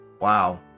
Wow